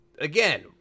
Again